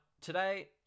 today